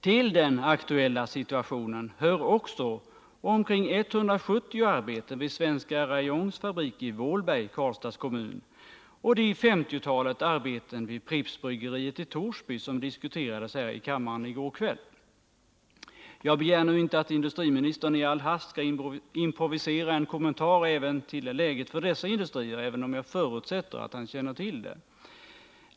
Till den aktuella situationen hör också omkring 170 arbeten vid Svenska Rayons fabrik i Vålberg, Karlstads kommun, och det 50-tal arbeten vid Prippsbryggeriet i Torsby som diskuterades här i kammaren i går kväll. Jag begär inte att industriministern nu i all hast skall improvisera en kommentar även till läget för dessa industrier, även om jag förutsätter att han känner till det.